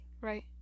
right